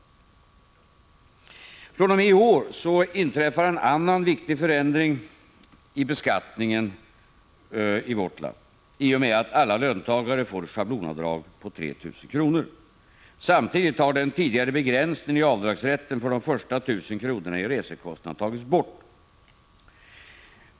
fr.o.m. iår inträder en annan viktig förändring i beskattningen i vårt land, i och med att alla löntagare får schablonavdrag på 3 000 kr. Samtidigt har den tidigare begränsningen av avdragsrätten för de första 1000 kronorna i resekostnader tagits bort.